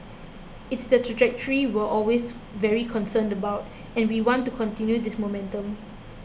it's the trajectory were always very concerned about and we want to continue this momentum